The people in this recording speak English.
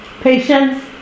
patience